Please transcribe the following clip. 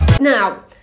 Now